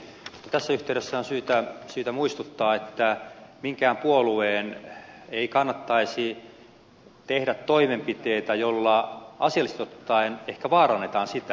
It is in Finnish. tässä yhteydessä on syytä muistuttaa että minkään puolueen ei kannattaisi tehdä toimenpiteitä joilla asiallisesti ottaen ehkä vaarannetaan sitä